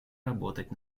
работать